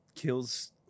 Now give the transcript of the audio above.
Kills